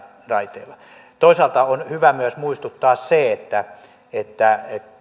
raiteilla toisaalta on hyvä muistuttaa myös siitä että